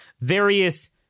various